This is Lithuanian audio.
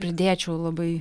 pridėčiau labai